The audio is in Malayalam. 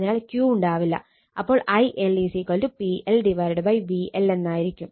അതിനാൽ Q ഉണ്ടാകില്ല അപ്പോൾ IL PL VL എന്നായിരിക്കും